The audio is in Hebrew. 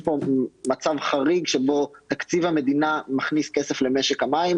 פה מצב חריג שבו תקציב המדינה מכניס כסף למשק המים,